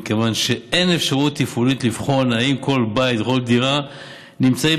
מכיוון שאין אפשרות תפעולית לבחון אם כל בית וכל דירה נמצאים